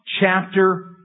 chapter